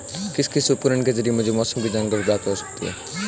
किस किस उपकरण के ज़रिए मुझे मौसम की जानकारी प्राप्त हो सकती है?